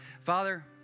Father